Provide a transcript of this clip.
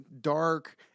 dark